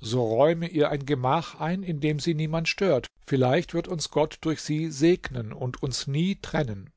so räume ihr ein gemach ein in dem sie niemand stört vielleicht wird uns gott durch sie segnen und uns nie trennen